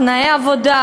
2. תנאי עבודה,